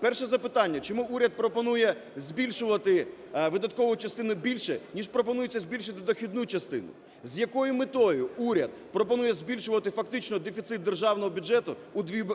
Перше запитання. Чому уряд пропонує збільшувати видаткову частину більше ніж пропонується збільшити дохідну частину? З якою метою уряд пропонує збільшувати фактично дефіцит державного бюджету